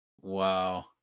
Wow